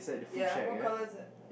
ya what colour is it